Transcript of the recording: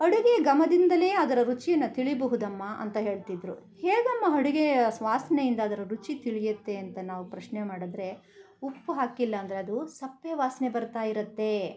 ಅಡುಗೆ ಘಮದಿಂದಲೇ ಅದರ ರುಚಿಯನ್ನು ತಿಳಿಬಹುದಮ್ಮ ಅಂತ ಹೇಳ್ತಿದ್ರು ಹೇಗಮ್ಮ ಅಡುಗೆ ಸುವಾಸನೆಯಿಂದ ಅದರ ರುಚಿ ತಿಳಿಯತ್ತೆ ಅಂತ ನಾವು ಪ್ರಶ್ನೆ ಮಾಡಿದ್ರೆ ಉಪ್ಪು ಹಾಕಿಲ್ಲ ಅಂದರೆ ಅದು ಸಪ್ಪೆ ವಾಸನೆ ಬರ್ತಾ ಇರುತ್ತೆ